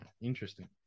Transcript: interesting